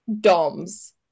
doms